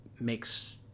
Makes